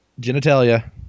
Genitalia